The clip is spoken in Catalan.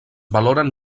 valoren